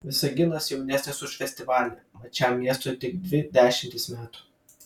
visaginas jaunesnis už festivalį mat šiam miestui tik dvi dešimtys metų